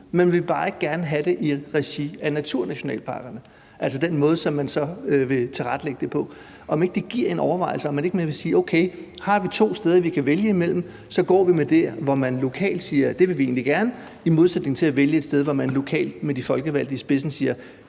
men at de bare ikke gerne vil have det i regi af naturnationalparkerne og på den måde, man så vil indrette dem på. Giver det ikke anledning til overvejelse og til, at man siger, at hvis man har to steder, man kan vælge imellem, så går man med det, som de lokalt siger at de gerne vil, i modsætning til at vælge et sted, hvor de lokalt med de folkevalgte i spidsen siger: